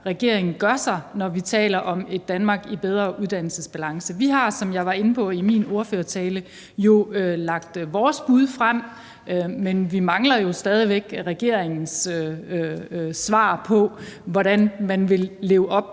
regeringen gør sig, når vi taler om et Danmark i bedre uddannelsesbalance? Vi har, som jeg var inde på i min ordførertale, lagt vores bud frem, men vi mangler stadig væk regeringens svar på, hvordan man vil leve op